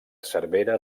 cervera